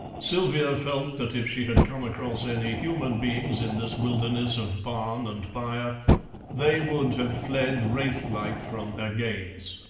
sylvia felt that if she had come across any human beings in this wilderness of barn and byre they would have fled wraith-like from her gaze.